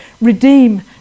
redeem